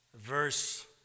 verse